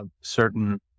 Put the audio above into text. certain